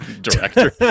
director